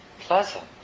pleasant